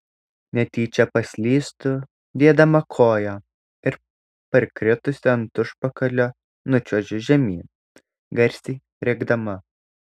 netyčia paslystu dėdama koją ir parkritusi ant užpakalio nučiuožiu žemyn garsiai rėkdama